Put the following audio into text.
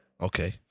Okay